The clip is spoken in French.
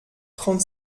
trente